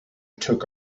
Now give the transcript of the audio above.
took